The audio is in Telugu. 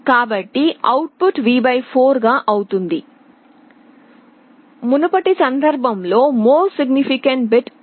కాబట్టి అవుట్ పుట్ V 4 గా అవుతుంది మునుపటి సందర్భంలో MSB 1 అయినప్పుడు అది V 2